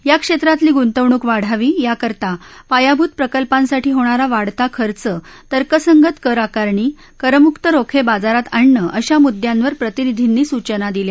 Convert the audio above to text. या क्षेत्रातली गुंतवणूक वाढावी याकरिता पायाभूत प्रकल्पांसाठी होणारा वाढता खर्च तर्कसंगत करआकारणी करमुक रोखे बाजारात आणणं अशा मुद्यांवर प्रतिनिधींनी सूचना दिल्या